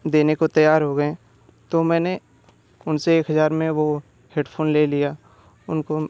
देने को तैयार हो गए तो मैंने उन से एक हज़ार में वो हेडफोन ले लिया उनको